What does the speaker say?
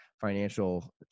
financial